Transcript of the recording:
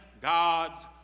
God's